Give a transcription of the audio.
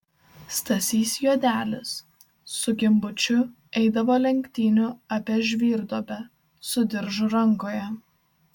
stasys juodelis su gimbučiu eidavo lenktynių apie žvyrduobę su diržu rankoje